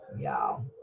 y'all